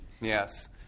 Yes